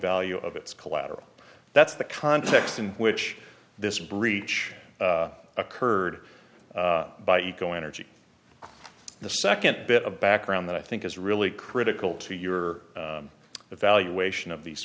value of its collateral that's the context in which this breach occurred by eco energy the second bit of background that i think is really critical to your evaluation of these